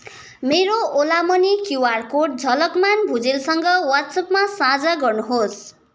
मेरो ओलामनी QR code Jhalakman भुजेलसँग वाट्सएपमा साझा गर्नुहोस्